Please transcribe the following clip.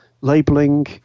labelling